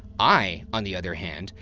i, on the other hand,